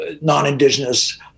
non-Indigenous